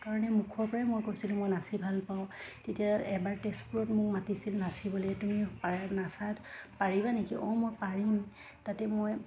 কাৰণে মুখৰ পৰাই মই কৈছিলোঁ মই নাচি ভাল পাওঁ তেতিয়া এবাৰ তেজপুৰত মোক মাতিছিল নাচিবলৈ তুমি পাৰা নচাত পাৰিবা নেকি অঁ মই পাৰিম তাতে মই